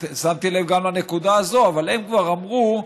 שמתי לב גם לנקודה הזו, הם כבר אמרו,